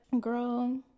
girl